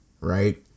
right